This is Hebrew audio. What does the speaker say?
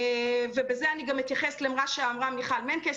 ובזה אני גם אתייחס למה שאמרה מיכל מנקס.